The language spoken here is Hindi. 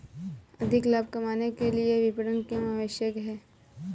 अधिक लाभ कमाने के लिए विपणन क्यो आवश्यक है?